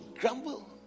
grumble